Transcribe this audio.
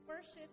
Worship